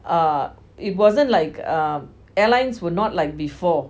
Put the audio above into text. uh it wasn't like um airlines were not like before